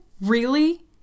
Really